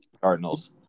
Cardinals